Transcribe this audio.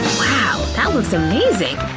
wow! that looks amazing!